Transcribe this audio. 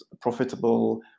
profitable